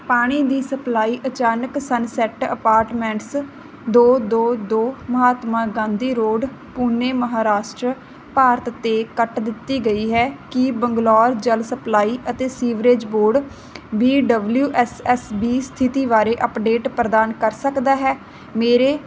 ਪਾਣੀ ਦੀ ਸਪਲਾਈ ਅਚਾਨਕ ਸਨਸੈੱਟ ਅਪਾਰਟਮੈਂਟਸ ਦੋ ਦੋ ਦੋ ਮਹਾਤਮਾ ਗਾਂਧੀ ਰੋਡ ਪੁਣੇ ਮਹਾਰਾਸ਼ਟਰ ਭਾਰਤ 'ਤੇ ਕੱਟ ਦਿੱਤੀ ਗਈ ਹੈ ਕੀ ਬੰਗਲੌਰ ਜਲ ਸਪਲਾਈ ਅਤੇ sewerage board B W S S B ਸਥਿਤੀ ਬਾਰੇ ਅੱਪਡੇਟ ਪ੍ਰਦਾਨ ਕਰ ਸਕਦਾ ਹੈ ਮੇਰੇ